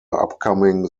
upcoming